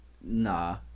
nah